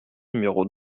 numéro